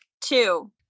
two